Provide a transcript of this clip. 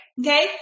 Okay